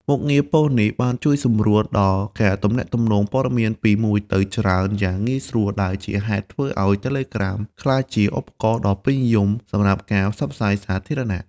មុខងារប៉ុស្តិ៍នេះបានជួយសម្រួលដល់ការទំនាក់ទំនងព័ត៌មានពីមួយទៅច្រើនយ៉ាងងាយស្រួល ដែលជាហេតុធ្វើឲ្យ Telegram ក្លាយជាឧបករណ៍ដ៏ពេញនិយមសម្រាប់ការផ្សព្វផ្សាយសាធារណៈ។